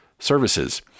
Services